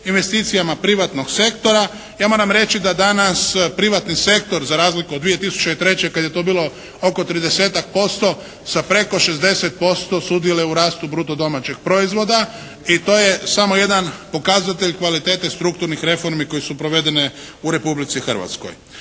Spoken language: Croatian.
investicijama privatnog sektora. Ja moram reći da danas privatni sektor za razliku od 2003. kad je to bilo oko 30-ak posto sa preko 60% sudjeluje u rastu bruto domaćeg proizvoda i to je samo jedan pokazatelj kvalitete strukturnih reformi koje su provede u Republici Hrvatskoj.